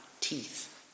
Teeth